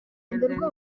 abanyarwanda